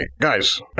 guys